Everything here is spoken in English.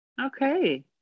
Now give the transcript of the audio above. Okay